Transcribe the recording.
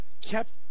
kept